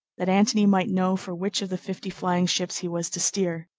that antony might know for which of the fifty flying ships he was to steer.